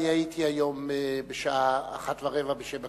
אני הייתי שם היום בשעה 13:15, בשם הכנסת.